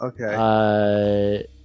Okay